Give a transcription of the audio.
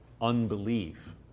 unbelief